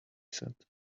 said